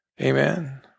Amen